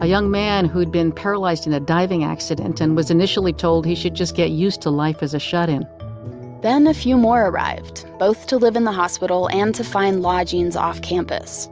a young man who'd been paralyzed in a diving accident and was initially told he should just get used to life as a shut-in then a few more arrived, both to live in the hospital and to find lodgings off campus.